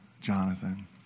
Jonathan